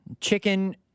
chicken